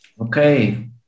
Okay